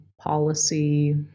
policy